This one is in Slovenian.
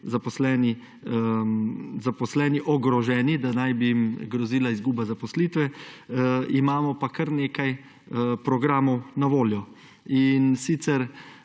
zaposleni ogroženi, da naj bi jim grozila izguba zaposlitve, imamo pa kar nekaj programov na voljo. Morda